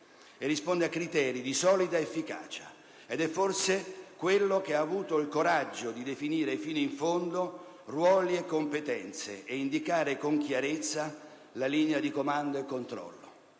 e risponde a criteri di solida efficacia ed è forse quello che ha avuto il coraggio di definire fino in fondo ruoli e competenze ed indicare con chiarezza la linea di comando e controllo.